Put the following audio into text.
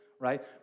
right